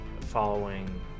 following